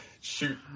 shoot